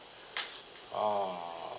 orh